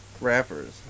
rappers